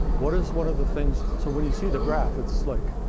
what is one of the things so when you see the graph, it's like,